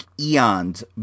eons